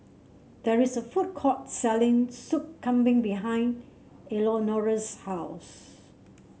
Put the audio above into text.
there is a food court selling Sup Kambing behind Eleonora's house